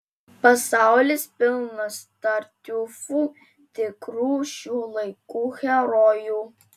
pasaulis pilnas tartiufų tikrų šių laikų herojų